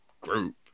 group